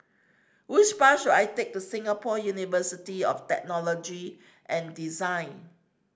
which bus should I take to Singapore University of Technology and Design